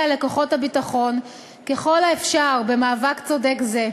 לכוחות הביטחון ככל האפשר במאבק צודק זה,